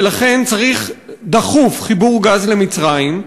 ולכן צריך דחוף חיבור גז למצרים,